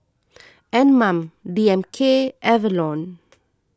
Anmum D M K Avalon